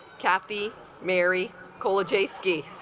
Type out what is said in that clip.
kathy mary college st